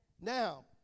Now